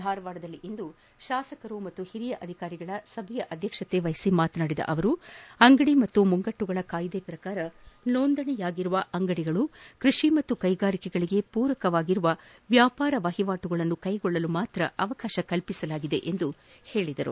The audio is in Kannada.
ಧಾರವಾಡದಲ್ಲಿಂದು ಶಾಸಕರು ಮತ್ತು ಹಿರಿಯ ಅಧಿಕಾರಿಗಳ ಸಭೆಯ ಅಧ್ಯಕ್ಷತೆವಹಿಸಿ ಮಾತನಾಡಿದ ಅವರು ಅಂಗಡಿ ಮತ್ತು ಮುಂಗಟ್ಟುಗಳ ಕಾಯ್ದೆ ಪ್ರಕಾರ ನೋಂದಣಿಯಾಗಿರುವ ಅಂಗಡಿಗಳು ಕೃಷಿ ಮತ್ತು ಕೈಗಾರಿಕೆಗಳಿಗೆ ಪೂರಕವಾಗಿರುವ ವ್ಯಾಪಾರ ವಹಿವಾಟುಗಳನ್ನು ಕೈಗೊಳ್ಳಲು ಅವಕಾಶ ಕಲ್ಪಿಸಲಾಗಿದೆ ಎಂದರು